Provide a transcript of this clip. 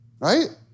right